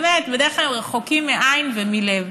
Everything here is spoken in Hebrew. באמת, בדרך כלל הם רחוקים מעין ומלב.